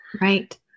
Right